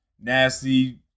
nasty